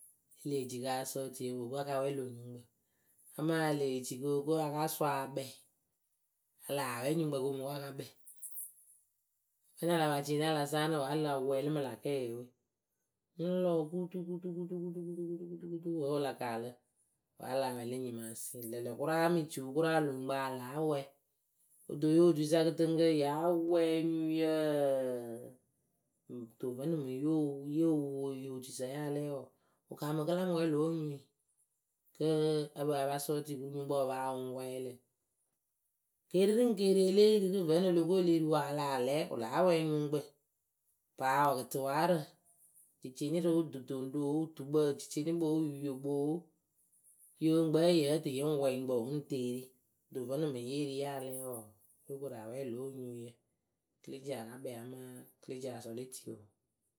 e lee ci kɨ a sɔɔ etii o poo ko a ka wɛɛ lö nyuŋkpǝ! Amaa e lee ci kɨ o ko a ka sʊʊ akpɛɛ, a laa wɛɛ nyuŋkpǝ kɨ o mɨ ko a ka kpɛɛ. Vǝ́nɨŋ a la pa cɩɩlɩ a la saanɨ wǝ́ a la wɛɛlɩ mɨ lä kɛɛ we, Ɨŋŋ lɔ kutu kutu kutu kutu kutu, wǝ́ wɨ la kaalɨ wǝ́ a lah wɛɛlɩ mɨ nyɩmaasɩɩ ŋlǝ̈ŋlǝ̈ kʊraa ée mɨ ciu kʊraa lö nyuŋkpǝ ya láa wɛɛ. Kɨto ŋyɨ otuisa kɨtɨŋkǝ yáa wɛɛ onyuŋyǝǝǝ. Kɨto vǝ́nɨŋ mɨŋ yo wo yo wo ŋyɨ otuisa ya lɛɛ wɔɔ, wɨ kaamɨ kɨ la mɨ wɛɛ lǒ onyuiŋ kɨ a paa pa sɔɔ tii kɨ nyuŋkpǝ wɨ paa wʊ ŋ wɛɛ lǝ̈. Keeri rɨŋ keeri e lée ri rɨ vǝ́nɨŋ o lo ko e leh ri wɨ a lah lɛɛ wɨ lah wɛɛ nyuŋkpǝ. Paa wɔɔ, gɨtʊwaarǝ jɩcɩɩnɩroo dɨtoŋɖoo wɨtukpǝ wɨcɩcɩɩnɩkpooo wɨyuyokpooo, yoo, yɨŋkpɛ yǝ́ǝ tɨ yɨ ŋ wɛɛ nyuŋkpǝ wɨ ŋ teeri. Kɨto vǝ́nɨŋ mɨŋ ye ri ya lɛɛ wɔɔ, yóo koru awɛɛ lǒ onyuŋyǝ. Kɨ le ci a ka kpɛɛ amaa kɨ le ci asɔɔ le tii oo.